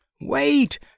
Wait